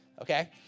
okay